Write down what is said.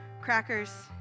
crackers